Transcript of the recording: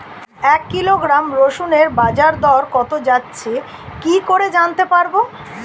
এক কিলোগ্রাম রসুনের বাজার দর কত যাচ্ছে কি করে জানতে পারবো?